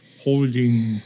Holding